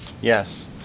Yes